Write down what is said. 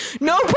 No